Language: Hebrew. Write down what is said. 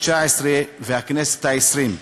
הכנסת התשע-עשרה והכנסת העשרים: